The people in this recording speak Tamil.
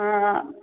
ம்